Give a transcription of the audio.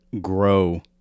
grow